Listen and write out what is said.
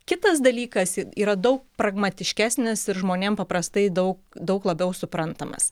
kitas dalykas yra daug pragmatiškesnis ir žmonėm paprastai daug daug labiau suprantamas